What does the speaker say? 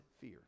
fear